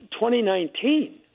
2019